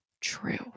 true